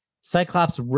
Cyclops